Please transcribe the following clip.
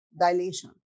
dilation